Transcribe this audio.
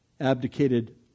abdicated